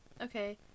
Okay